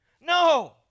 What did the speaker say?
no